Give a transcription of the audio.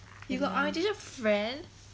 you got orientation friend